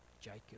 jacob